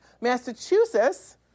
Massachusetts